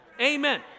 Amen